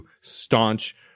staunch